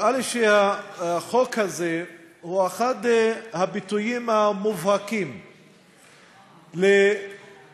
החוק הזה אומר לאזרח הערבי: זה או משפחה או